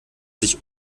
sich